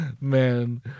man